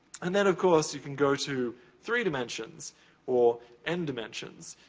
and then, of course, you can go to three-dimensions or n-dimensions,